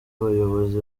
abayobozi